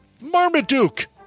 Marmaduke